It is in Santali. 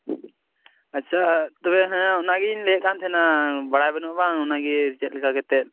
ᱟᱪᱪᱷᱟ ᱛᱚᱵᱮ ᱦᱮᱸ ᱚᱱᱟᱜᱮᱧ ᱞᱮ ᱭᱮᱫᱠᱟᱱ ᱛᱟᱦᱮᱱᱟ ᱵᱟᱲᱟᱭ ᱵᱟ ᱱᱩᱜᱼᱟ ᱵᱟᱝ ᱚᱱᱟᱜᱮ ᱪᱮᱫᱞᱮᱠᱟ ᱠᱟᱛᱮᱫ